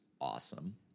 awesome